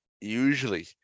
usually